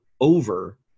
over